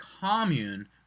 commune